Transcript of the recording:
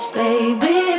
baby